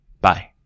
Bye